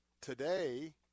today